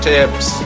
Tips